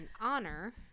honor